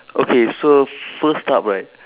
okay so first up right